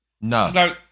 No